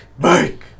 Bank